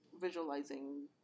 visualizing